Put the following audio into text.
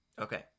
okay